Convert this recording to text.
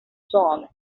song